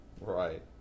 Right